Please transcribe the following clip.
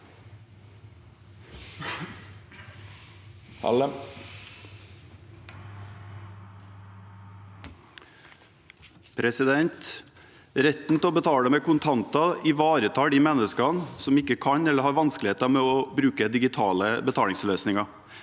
Retten til å betale med kontanter ivaretar de menneskene som ikke kan bruke eller har vanskeligheter med å bruke digitale betalingsløsninger.